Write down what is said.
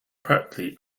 practically